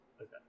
Okay